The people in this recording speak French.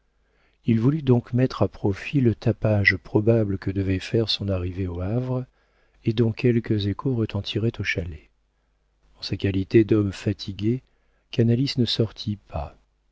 il voulut donc mettre à profit le tapage probable que devait faire son arrivée au havre et dont quelques échos retentiraient au chalet en sa qualité d'homme fatigué canalis ne sortit pas